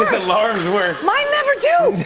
alarms work. mine never do!